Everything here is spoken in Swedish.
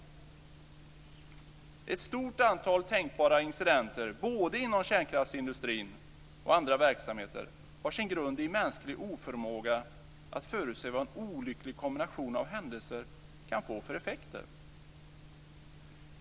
Ett stort antal tänkbara incidenter både inom kärnkraftsindustrin och andra verksamheter har sin grund i mänsklig oförmåga att förutse vad en olycklig kombination av händelser kan få för effekter.